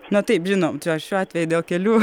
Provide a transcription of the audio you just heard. na taip žinom čia aš šiuo atveju dėl kelių